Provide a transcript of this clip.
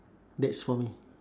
that's for me